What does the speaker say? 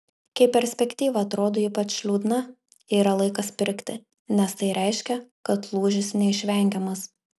kai perspektyva atrodo ypač liūdna yra laikas pirkti nes tai reiškia kad lūžis neišvengiamas